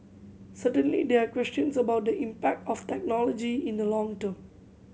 certainly there are questions about the impact of technology in the long term